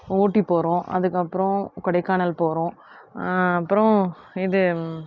ஊட்டி போகிறோம் அதுக்கப்றம் கொடைக்கானல் போகிறோம் அப்புறோம் இது